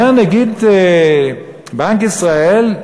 אומר נגיד בנק ישראל,